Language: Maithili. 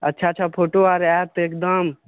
अच्छा अच्छा फोटो आर आयत एकदम